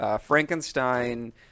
Frankenstein